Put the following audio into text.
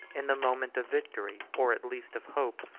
in the moment of victory, or at least of hope,